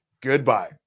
Goodbye